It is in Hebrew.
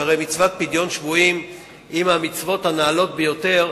שהרי מצוות פדיון שבויים היא מהמצוות הנעלות ביותר,